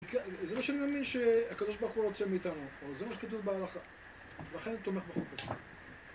זה מה שאני מאמין שהקדוש ברוך הוא רוצה מאיתנו, זה מה שכתוב בהלכה, ולכן אני תומך בחוק הזה.